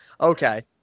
Okay